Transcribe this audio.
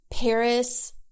Paris